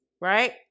right